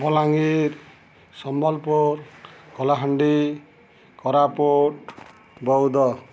Balangir Sambalpur Kalahandi Koraput Boudh